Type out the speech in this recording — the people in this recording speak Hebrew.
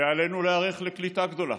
ועלינו להיערך לקליטה גדולה.